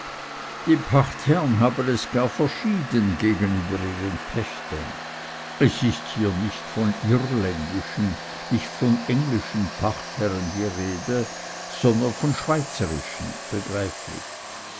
die pachtherren haben es gar verschieden gegenüber ihren pächtern es ist hier nicht von irländischen nicht von englischen pachtherrn die rede sondern von schweizerischen begreiflich